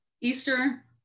Easter